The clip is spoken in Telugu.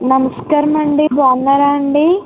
నమస్కారమండీ బాగున్నారా అండీ